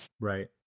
Right